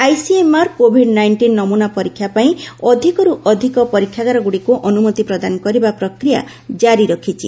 ICMR covid nineteen ନମୁନା ପରୀକ୍ଷା ପାଇଁ ଅଧିକରୁ ଅଧିକ ପରୀକ୍ଷାଗାରଗୁଡ଼ିକୁ ଅନୁମତି ପ୍ରଦାନ କରିବା ପ୍ରକ୍ରିୟା ଜାରି ରଖିଛି